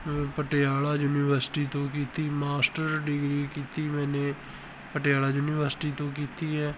Patiala university ਤੋਂ ਕੀਤੀ master degree ਕੀਤੀ ਮੈਨੇ ਪਟਿਆਲਾ ਯੂਨੀਵਰਸਿਟੀ ਤੋਂ ਕੀਤੀ ਹੈ